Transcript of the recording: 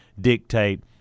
dictate